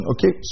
Okay